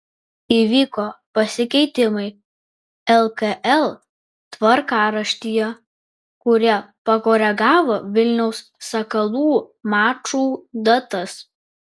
įvyko pasikeitimai lkl tvarkaraštyje kurie pakoregavo vilniaus sakalų mačų datas